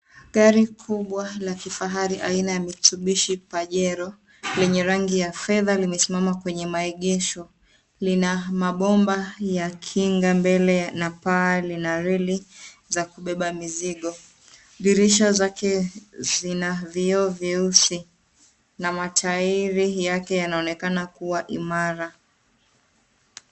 Gari kubwa la kifahari aina ya Mitsubish Pajero lenye rangi ya fedha limesimama kwenye maegesho, lina mapomba ya kinga mbele na paa lina ream za kubeba mizigo. Dirisha zake zina vioo vyeusi na mataeri yake yanaoneka kuwa imara.